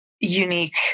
unique